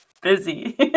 busy